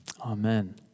Amen